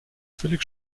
völlig